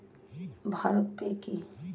Bharat pay কি?